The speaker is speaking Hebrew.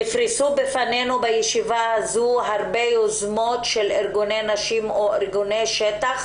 נפרסו בפנינו בישיבה הזו הרבה יוזמות של ארגוני נשים או ארגוני שטח,